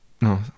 No